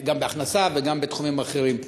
גם בהכנסה וגם בתחומים אחרים.